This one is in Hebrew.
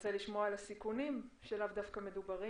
נרצה לשמוע על הסיכונים, שלאו דווקא מדוברים,